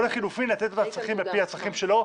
או לחלופין, לתת לו את הצרכים על פי הצרכים שלו.